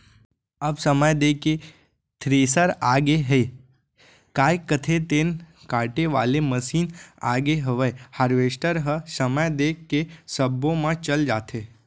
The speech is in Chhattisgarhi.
अब समय देख के थेरेसर आगे हयय, काय कथें तेन काटे वाले मसीन आगे हवय हारवेस्टर ह समय देख के सब्बो म चल जाथे